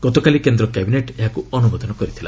ଗତକାଲି କେନ୍ଦ୍ର କ୍ୟାବିନେଟ୍ ଏହାକୁ ଅନୁମୋଦନ କରିଥିଲା